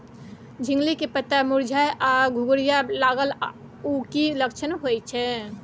झिंगली के पत्ता मुरझाय आ घुघरीया लागल उ कि लक्षण होय छै?